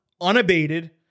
unabated